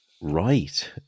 right